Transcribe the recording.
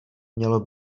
mělo